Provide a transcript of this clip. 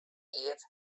eat